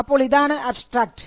അപ്പോൾ ഇതാണ് അബ്സ്ട്രാക്റ്റ്